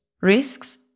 risks